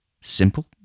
Simple